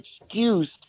excuse